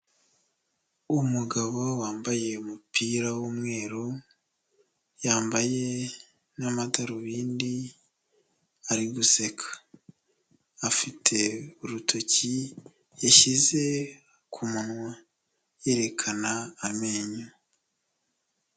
Umugabo wambaye umupira w'umweru, yambaye n'amadarubindi ari guseka, afite urutoki yashyize ku munwa yerekana amenyo.